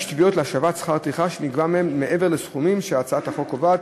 תביעות להשבת שכר טרחה שנגבה מעבר לסכומים שהצעת החוק קובעת.